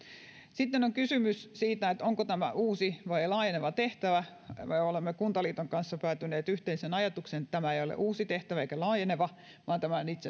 sitten on kysymys siitä onko tämä uusi vai laajeneva tehtävä me olemme kuntaliiton kanssa päätyneet yhteiseen ajatukseen että tämä ei ole uusi eikä laajeneva tehtävä vaan tämä on itse